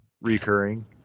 recurring